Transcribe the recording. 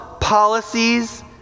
policies